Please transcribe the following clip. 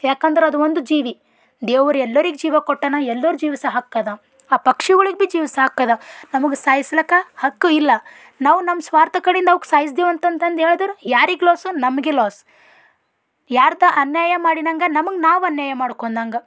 ಯಾಕಂದ್ರೆ ಅದು ಒಂದು ಜೀವಿ ದೇವ್ರು ಎಲ್ಲರಿಗೆ ಜೀವ ಕೊಟ್ಟಾನ ಎಲ್ಲರ ಜೀವ್ಸೋ ಹಕ್ಕದ ಆ ಪಕ್ಷಿಗಳಿಗೆ ಭೀ ಜೀವ್ಸೋ ಹಕ್ಕದ ನಮಗೆ ಸಾಯ್ಸಲಕ ಹಕ್ಕು ಇಲ್ಲ ನಾವು ನಮ್ಮ ಸ್ವಾರ್ಥ ಕಡೆಯಿಂದ ಅವ್ಕೆ ಸಾಯ್ಸದೇವ ಅಂತಂದು ಹೇಳದ್ರೆ ಯಾರಿಗೆ ಲಾಸು ನಮಗೇ ಲಾಸ್ ಯಾರ್ದು ಅನ್ಯಾಯ ಮಾಡಿನಂಗ ನಮ್ಗೆ ನಾವು ಅನ್ಯಾಯ ಮಾಡ್ಕೊಂಡಂಗ